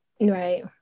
Right